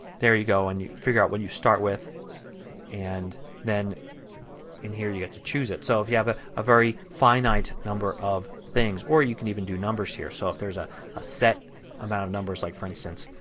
there you go. and you figure out what you start with and then in here you get to choose it. so if you have ah a very finite number of things, or you can even do numbers here. so if there is ah a set amount of numbers, like for instance,